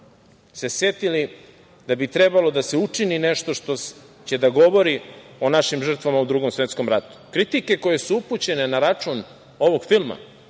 se setili da bi trebalo da se učini nešto što će da govori o našim žrtvama u Drugom svetskom ratu. Kritike koje su upućene na račun ovog filma